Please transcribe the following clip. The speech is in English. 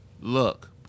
look